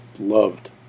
loved